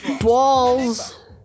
Balls